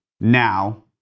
now